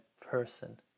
person